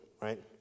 right